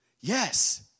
Yes